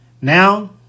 now